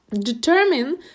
Determine